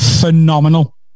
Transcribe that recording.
phenomenal